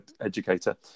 educator